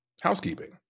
Housekeeping